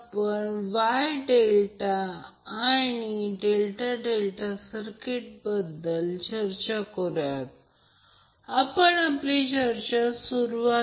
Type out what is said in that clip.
तर आता Z याचा अर्थ याबद्दल गोंधळून जाऊ नये हे सर्व समान आहे